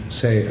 say